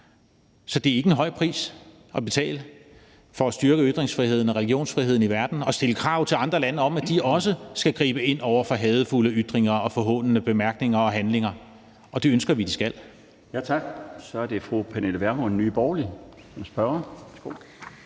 Så det er ikke en høj pris at betale for at styrke ytringsfriheden og religionsfriheden i verden at stille krav til andre lande om, at de også skal gribe ind over for hadefulde ytringer og forhånende bemærkninger og handlinger. Det ønsker vi de skal.